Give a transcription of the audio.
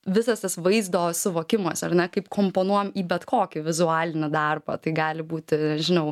visas tas vaizdo suvokimas ar ne kaip komponuojam į bet kokį vizualinį darbą tai gali būti žinau